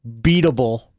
beatable